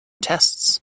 tests